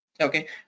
Okay